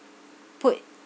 put